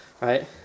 right